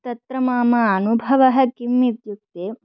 तत्र मम अनुभवः किम् इत्युक्ते